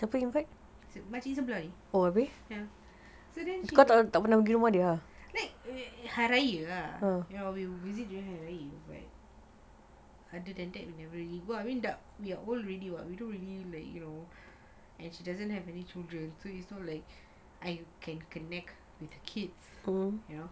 makcik sebelah you so then she like hari raya you know we visit during hari raya other than that we never we are old already [what] and she doesn't have any children and she think like I can connect with kids you know